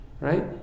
right